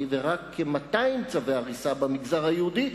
ורק כ-200 צווי הריסה במגזר היהודי,